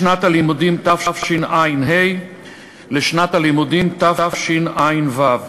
משנת הלימודים תשע"ה לשנת הלימודים תשע"ו.